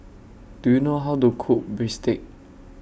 Do YOU know How to Cook Bistake